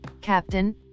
Captain